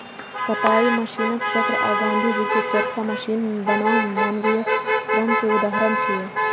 कताइ मशीनक चक्र आ गांधीजी के चरखा मशीन बनाम मानवीय श्रम के उदाहरण छियै